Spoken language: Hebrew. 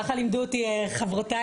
כך לימדו אותי חברותיי,